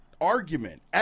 argument